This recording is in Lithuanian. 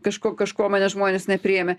kažko kažko mane žmonės nepriėmė